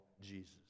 Jesus